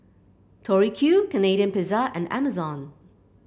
Tori Q Canadian Pizza and Amazon